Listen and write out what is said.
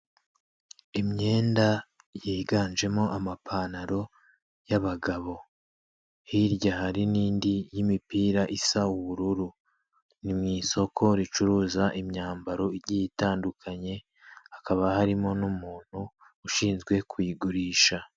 Imyenda yiganjemo amapantalo y'abagabo hirya hari n'indi y'imipira isa ubururu, ni mu isoko ricuruza imyambaro igiye itandukanye, hakaba harimo n'umuntu ushinzwe kuyigurisha.